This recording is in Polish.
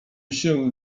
się